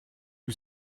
who